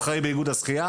הוא אחראי באיגוד השחייה,